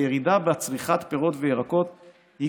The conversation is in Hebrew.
הירידה בצריכת פירות וירקות היא